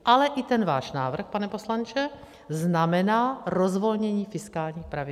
Ale i ten váš návrh, pane poslanče, znamená rozvolnění fiskálních pravidel.